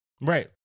Right